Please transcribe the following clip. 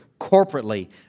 corporately